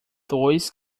dois